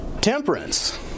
temperance